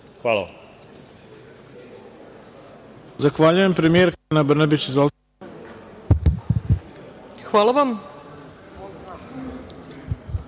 Hvala vam.